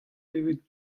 evit